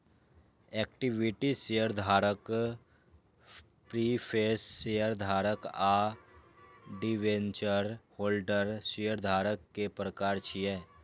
equity शेयरधारक, preference शेयरधारक आ डिवेंचर होल्डर शेयरधारक के प्रकार छियै